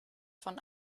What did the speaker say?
von